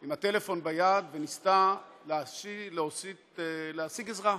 עם הטלפון ביד וניסתה להשיג עזרה,